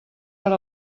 per